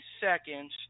seconds